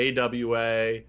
awa